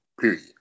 period